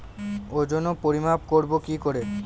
ওজন ও পরিমাপ করব কি করে?